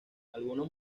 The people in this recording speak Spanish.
algunos